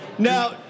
Now